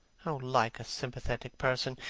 how like a sympathetic person!